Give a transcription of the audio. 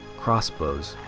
crossbows,